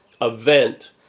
event